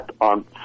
on